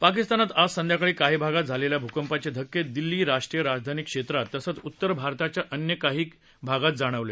पाकिस्तानात आज संध्याकाळी काही भागात झालेल्या भूकंपाचे धक्के दिल्ली राष्ट्रीय राजधानी क्षेत्रात तसंच उतर भारताच्या अन्य काही भागात जाणवले